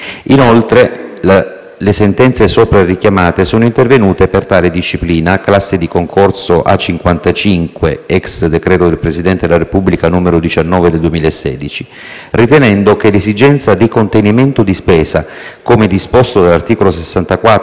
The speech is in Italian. Inoltre, le sentenze sopra richiamate sono intervenute per tale disciplina (classe di concorso A-55 *ex* decreto del Presidente della Repubblica n. 19 del 2016), ritenendo che l'esigenza di contenimento della spesa, come disposto dall'articolo 64